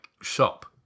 shop